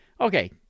Okay